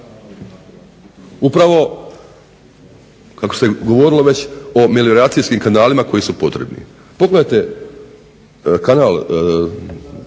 Upravo kako se govorilo već o melioracijskim kanalima koji su potrebni. Pogledajte kanal,